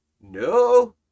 no